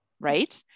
Right